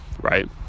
right